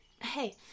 hey